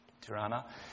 Tirana